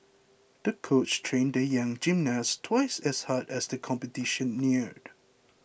the coach trained the young gymnast twice as hard as the competition neared